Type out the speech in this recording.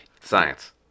Science